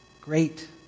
great